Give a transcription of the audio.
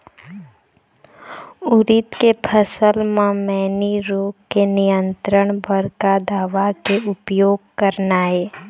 उरीद के फसल म मैनी रोग के नियंत्रण बर का दवा के उपयोग करना ये?